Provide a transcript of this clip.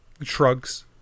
shrugs